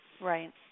Right